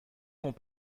font